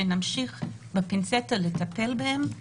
שנמשיך לטפל בהם בפינצטה.